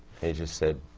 he just said,